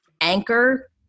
Anchor